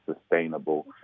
sustainable